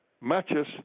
matches